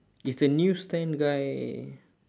is the news stand guy